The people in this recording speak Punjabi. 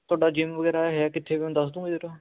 ਤੁਹਾਡਾ ਜਿਮ ਵਗੈਰਾ ਹੈ ਕਿੱਥੇ ਮੈਨੂੰ ਦੱਸ ਦੋਂਗੇ ਜਰਾ